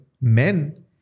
men